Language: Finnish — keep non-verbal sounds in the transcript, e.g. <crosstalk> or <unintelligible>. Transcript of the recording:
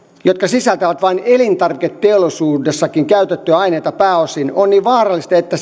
jotka sisältävät vain elintarviketeollisuudessakin käytettyjä aineita pääosin on niin vaarallista että <unintelligible>